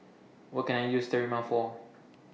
What Can I use Sterimar For